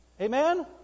amen